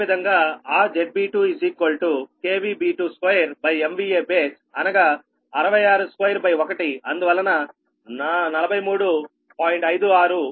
అదేవిధంగా ఆ ZB2 B22Baseఅనగా 6621అందువలన 4356 Ω